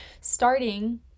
starting